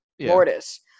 Mortis